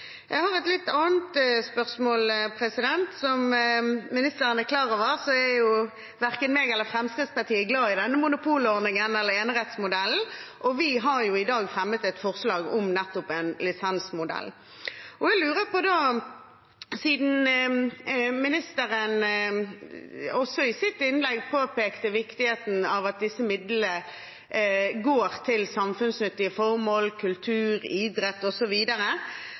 Jeg har et litt annet spørsmål: Som ministeren er klar over, er verken jeg eller Fremskrittspartiet glad i denne monopolordningen, eller enerettsmodellen, og vi har jo i dag fremmet et forslag om nettopp en lisensmodell. Da lurer jeg på, siden ministeren også i sitt innlegg påpekte viktigheten av at disse midlene går til samfunnsnyttige formål – kultur, idrett